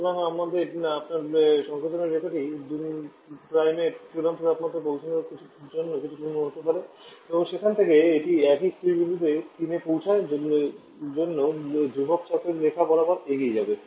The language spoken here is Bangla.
সুতরাং আপনার সংকোচনের রেখাটি 2 এর চূড়ান্ত তাপমাত্রায় পৌঁছানোর জন্য কিছুটা এর মতো হতে পারে এবং সেখান থেকে এটি একই স্থিতি বিন্দু 3 এ পৌঁছানোর জন্য ধ্রুবক চাপের রেখা বরাবর এগিয়ে যাবে